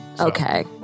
Okay